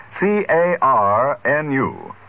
C-A-R-N-U